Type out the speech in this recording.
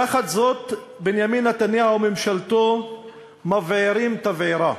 תחת זאת, בנימין נתניהו וממשלתו מבעירים תבערה.